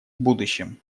будущем